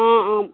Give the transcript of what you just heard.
অ